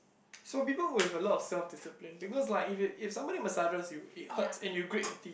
so people with a lot of self discipline because like if if someone massages you it hurts and you grit your teeth